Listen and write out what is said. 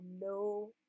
no